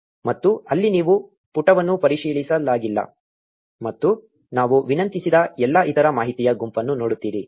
ಮತ್ತು ಅಲ್ಲಿ ನೀವು ಪುಟವನ್ನು ಪರಿಶೀಲಿಸಲಾಗಿಲ್ಲ ಮತ್ತು ನಾವು ವಿನಂತಿಸಿದ ಎಲ್ಲಾ ಇತರ ಮಾಹಿತಿಯ ಗುಂಪನ್ನು ನೋಡುತ್ತೀರಿ